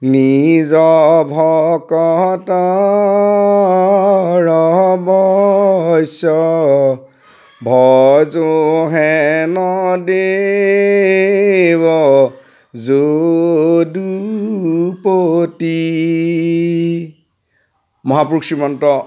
নিজ ভকতৰ বৈশ্য ভজো হেন দেৱ যদুপতি মহাপুৰুষ শ্ৰীমন্ত